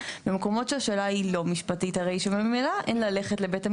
במקומות שהשאלה היא לא משפטית הרי שממילא אין ללכת לבית המשפט,